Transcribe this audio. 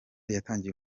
yatangiye